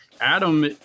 Adam